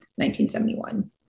1971